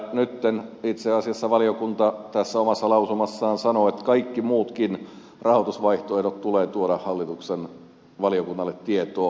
nyt itse asiassa valiokunta tässä omassa lausumassaan sanoo että kaikki muutkin rahoitusvaihtoehdot tulee tuoda hallituksen valiokunnalle tietoon